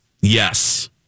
Yes